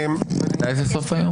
מתי זה סוף היום?